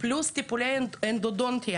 בנוסף גם טיפולי אנדודונטיה.